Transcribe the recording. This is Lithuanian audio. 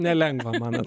nelengva man